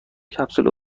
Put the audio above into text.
کپسول